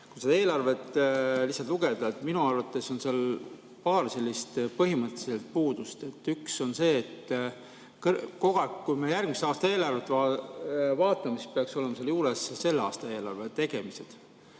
Kui seda eelarvet lihtsalt lugeda, siis minu arvates on seal paar põhimõttelist puudust. Üks on see, et kui me järgmise aasta eelarvet vaatame, siis peaks olema seal juures selle aasta eelarve tegemised,